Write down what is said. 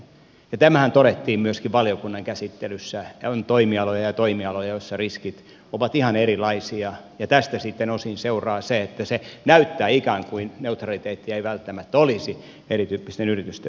tämähän todettiin myöskin valiokunnan käsittelyssä että on toimialoja ja toimialoja joilla riskit ovat ihan erilaisia ja tästä sitten osin seuraa se että se näyttää ikään kuin neutraliteettia ei välttämättä olisi erityyppisten yritysten välillä